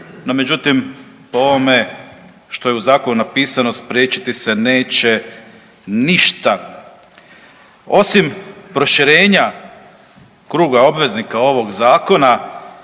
no međutim, po ovome što je u Zakonu napisano, spriječiti se neće ništa. Osim proširenja kruga obveznika ovog Zakona,